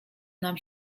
nam